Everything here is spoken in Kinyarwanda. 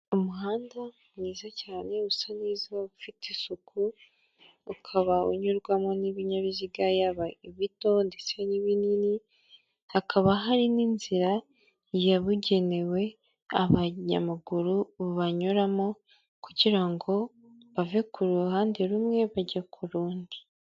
Umuhanda mwiza cyane usa neza ufite isuku ukaba unyurwamo n'ibinyabiziga yaba ibito ndetse n'ibinini hakaba hari n'inzira yabugenewe abanyamaguru banyuramo kugira ngo bave ku ruhande rumwe bajye ku rundi.